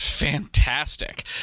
Fantastic